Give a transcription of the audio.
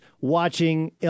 watching